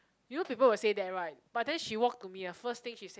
you know people will say that right but then she walk to me first thing she said